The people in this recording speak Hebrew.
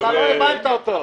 אתה לא הבנת אותו.